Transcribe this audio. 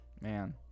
Man